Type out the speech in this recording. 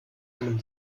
einem